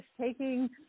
taking –